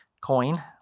coin